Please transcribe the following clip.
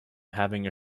having